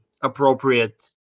appropriate